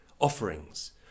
offerings